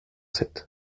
sept